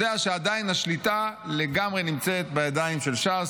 יודע שהשליטה עדיין לגמרי נמצאת בידיים של ש"ס,